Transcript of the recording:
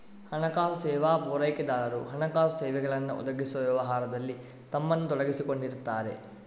ಹಣಕಾಸು ಸೇವಾ ಪೂರೈಕೆದಾರರು ಹಣಕಾಸು ಸೇವೆಗಳನ್ನ ಒದಗಿಸುವ ವ್ಯವಹಾರದಲ್ಲಿ ತಮ್ಮನ್ನ ತೊಡಗಿಸಿಕೊಂಡಿರ್ತಾರೆ